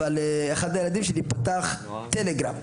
אבל אחד הילדים שלי פתח טלגרם,